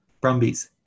Brumbies